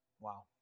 Wow